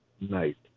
night